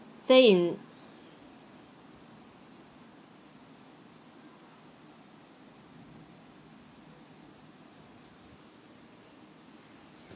stay in